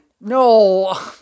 No